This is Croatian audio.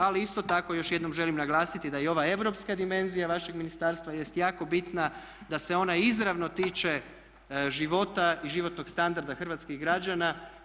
Ali isto tako još jednom želim naglasiti da i ova europska dimenzija vašeg ministarstva jest jako bitna da se ona izravno tiče života i životnog standarda hrvatskih građana.